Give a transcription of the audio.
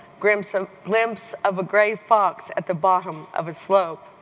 glimpse of glimpse of a gray fox at the bottom of a slope.